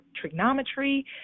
trigonometry